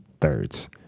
thirds